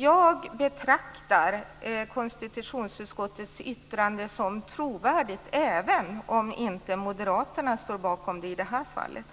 Jag betraktar konstitutionsutskottets yttrande som trovärdigt även om inte Moderaterna står bakom det i det här fallet.